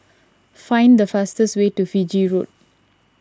find the fastest way to Fiji Road